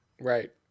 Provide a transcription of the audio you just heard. Right